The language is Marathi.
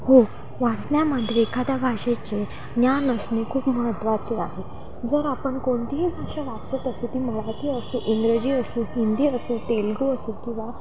हो वाचण्यामध्ये एखाद्या भाषेचे ज्ञान असणे खूप महत्त्वाचे आहे जर आपण कोणतीही भाषा वाचत असो ती मराठी असो इंग्रजी असो हिंदी असो तेलगू असो किंवा